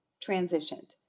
transitioned